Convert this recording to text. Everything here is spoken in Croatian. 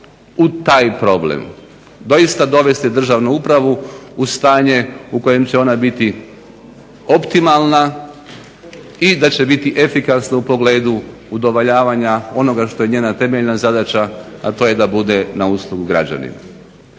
u taj problem doista dovesti državnu pravu u stanje u kojem će ona biti optimalna i da će biti efikasna u pogledu udovoljavanja onoga što je njezina temeljna zadaća a to je da bude na uslugu građanima.